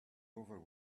over